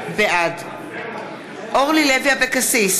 בעד ז'קי לוי, אינו נוכח אורלי לוי אבקסיס,